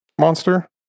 monster